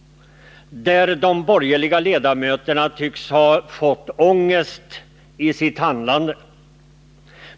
De borgerliga Nr 139 ledamöterna tycks ha drabbats av ångest i sitt handlande.